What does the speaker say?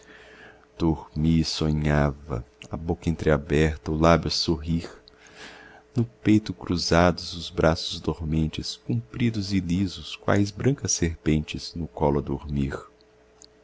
dormia e sonhava a boca entreaberta o lábio a sorrir no peito cruzados os braços dormentes compridos e lisos quais brancas serpentes no colo a dormir